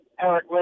Eric